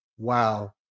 Wow